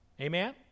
amen